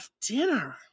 dinner